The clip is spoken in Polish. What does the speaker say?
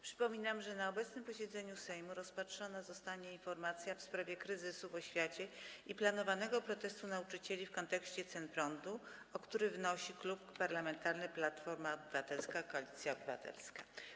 Przypominam, że na obecnym posiedzeniu Sejmu rozpatrzona zostanie informacja w sprawie kryzysu w oświacie i planowanego protestu nauczycieli, w kontekście cen prądu, o co wnosi Klub Parlamentarny Platforma Obywatelska - Koalicja Obywatelska.